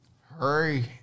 Hurry